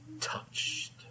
touched